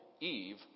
Eve